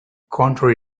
contrary